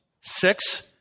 six